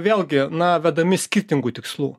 vėlgi na vedami skirtingų tikslų